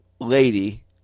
lady